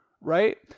right